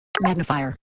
magnifier